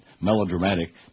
melodramatic